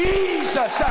Jesus